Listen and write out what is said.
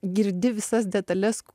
girdi visas detales